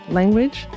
language